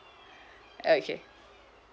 okay